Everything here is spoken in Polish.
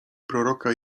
proroka